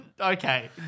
Okay